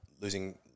losing